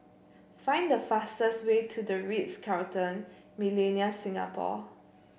find the fastest way to The Ritz Carlton Millenia Singapore